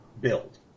build